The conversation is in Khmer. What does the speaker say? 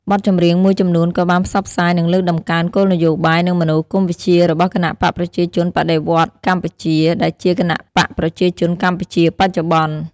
បទចម្រៀងមួយចំនួនក៏បានផ្សព្វផ្សាយ និងលើកតម្កើងគោលនយោបាយ និងមនោគមវិជ្ជារបស់បក្សប្រជាជនបដិវត្តន៍កម្ពុជា ដែលជា បក្សប្រជាជនកម្ពុជាបច្ចុប្បន្ន។